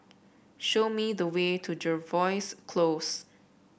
show me the way to Jervois Close